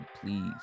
please